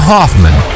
Hoffman